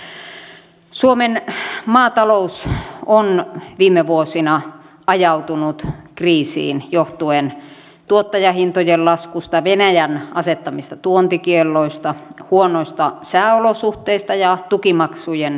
suomen maatalous on viime vuosina ajautunut kriisiin johtuen tuottajahintojen laskusta venäjän asettamista tuontikielloista huonoista sääolosuhteista ja tukimaksujen viivästymisestä